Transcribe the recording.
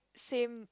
same